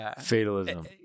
fatalism